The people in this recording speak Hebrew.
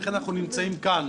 ולכן אנחנו נמצאים כאן.